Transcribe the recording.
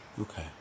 Okay